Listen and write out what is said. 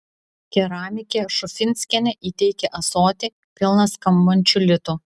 keramikė šufinskienė įteikė ąsotį pilną skambančių litų